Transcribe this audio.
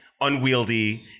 unwieldy